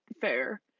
fair